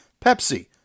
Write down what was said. Pepsi